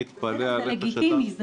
זה לגיטימי.